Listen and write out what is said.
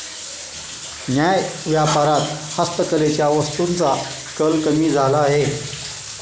न्याय्य व्यापारात हस्तकलेच्या वस्तूंचा कल कमी झाला आहे